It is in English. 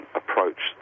approach